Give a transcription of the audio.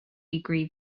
degree